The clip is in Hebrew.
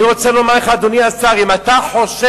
אני רוצה לומר לך, אדוני השר, אם אתה חושב